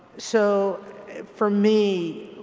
so for me,